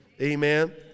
Amen